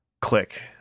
Click